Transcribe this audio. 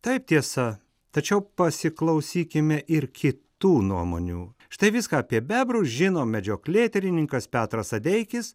taip tiesa tačiau pasiklausykime ir kitų nuomonių štai viską apie bebrus žino medžioklėtyrininkas petras adeikis